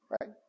right